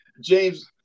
James